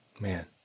Man